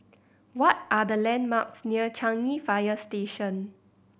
what are the landmarks near Changi Fire Station